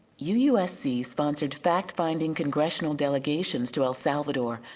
u usc sponsored fact-finding congressional delegations to el salvador,